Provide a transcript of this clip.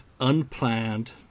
unplanned